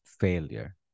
failure